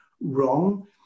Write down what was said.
wrong